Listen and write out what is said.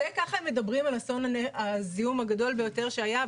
ככה הם מדברים על הזיהום הגדול ביותר שהיה?